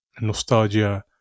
nostalgia